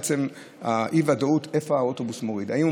בעצם יש אי-ודאות איפה האוטובוס מוריד: האם הוא